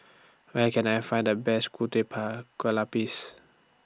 Where Can I Find The Best Ku Teh Pa Kueh Lapis